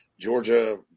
Georgia